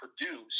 produce